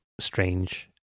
strange